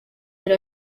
yari